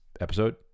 episode